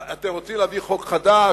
אתם רוצים להביא חוק חדש?